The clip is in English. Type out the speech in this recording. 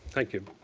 thank you.